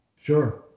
Sure